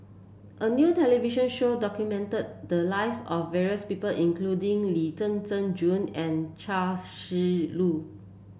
a new television show documented the lives of various people including Lee Zhen Zhen June and Chia Shi Lu